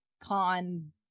con